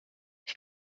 ich